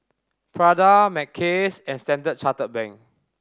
Prada Mackays and Standard Chartered Bank